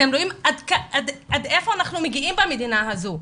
אתם רואים עד איפה אנחנו מגיעים במדינה הזו.